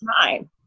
time